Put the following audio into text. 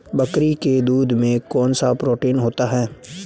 बकरी के दूध में कौनसा प्रोटीन होता है?